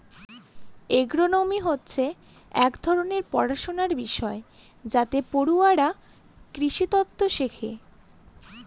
agronomy হচ্ছে এক ধরনের পড়াশনার বিষয় যাতে পড়ুয়ারা কৃষিতত্ত্ব শেখে